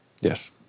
Yes